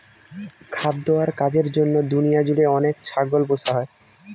খাদ্য আর কাজের জন্য দুনিয়া জুড়ে অনেক ছাগল পোষা হয়